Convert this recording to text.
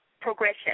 progression